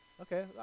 okay